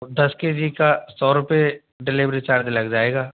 दस K G का सौ रुपए डेलीवरी चार्ज लग जाएगा